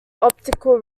optical